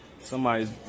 Somebody's